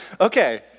Okay